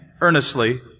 earnestly